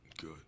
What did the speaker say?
Good